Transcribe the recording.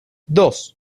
dos